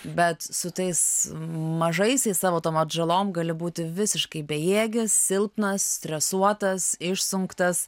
bet su tais mažaisiais savo tom atžalom gali būti visiškai bejėgis silpnas stresuotas išsunktas